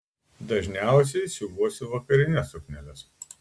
dažniausiai siuvuosi vakarines sukneles